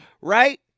Right